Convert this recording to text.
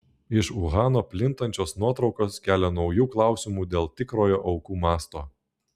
iš uhano plintančios nuotraukos kelia naujų klausimų dėl tikrojo aukų masto